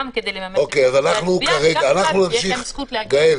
גם כדי לממש את הזכות להצביע וגם בגלל שיש להם זכות להגיע.